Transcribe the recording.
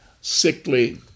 sickly